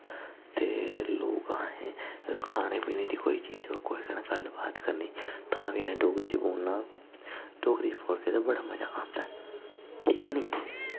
ते लोग असें खाने पीने दी कोई चीज़ रक्खो ते कुसै नै गल्ल बात करनी तां बी असैं डोगरी च बोलना डोगरी च बोलदे ते बड़ा मज़ा आंदा ऐ ठीक ऐ नी